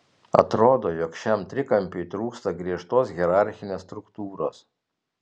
atrodo jog šiam trikampiui trūksta griežtos hierarchinės struktūros